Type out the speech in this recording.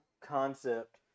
concept